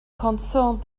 concerned